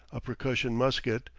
a percussion musket,